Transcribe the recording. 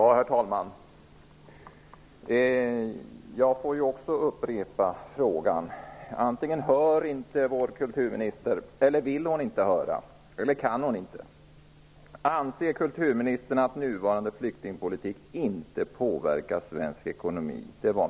Herr talman! Jag vill också upprepa min fråga. Antingen hör inte vår kulturminister eller också vill hon inte eller kan hon inte höra.